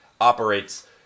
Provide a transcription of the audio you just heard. operates